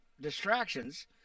distractions